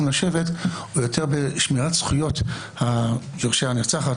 לשבת הוא יותר בשמירת זכויות יורשי הנרצחת,